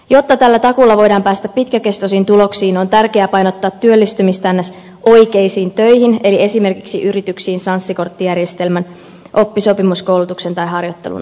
jotta tällä takuulla voidaan päästä pitkäkestoisiin tuloksiin on tärkeää painottaa työllistymistä niin sanottuihin oikeisiin töihin eli esimerkiksi yrityksiin sanssi korttijärjestelmän oppisopimuskoulutuksen tai harjoittelun avulla